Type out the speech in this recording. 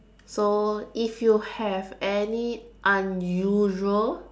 so if you have any unusual